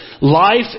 Life